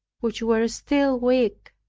which were still weak.